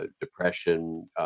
depression